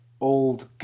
old